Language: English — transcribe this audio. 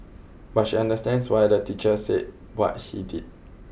but she understands why the teacher said what he did